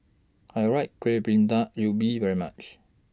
I Right Kuih Bingka Ubi very much